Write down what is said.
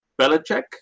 Belichick